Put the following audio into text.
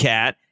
Cat